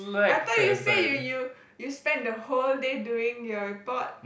I thought you say you you you spend the whole day doing your report